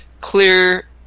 clear